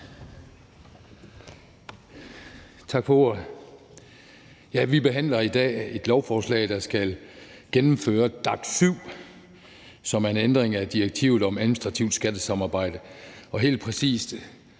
Tak for ordet. Vi behandler her et lovforslag, der skal gennemføre DAC7, som er en ændring af direktivet om administrativt skattesamarbejde.